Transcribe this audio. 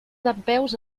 dempeus